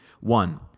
One